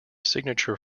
signature